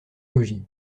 maugis